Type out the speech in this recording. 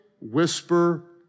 whisper